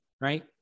right